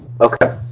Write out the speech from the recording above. Okay